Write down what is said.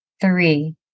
three